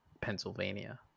pennsylvania